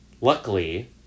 Luckily